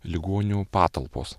ligonių patalpos